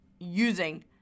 using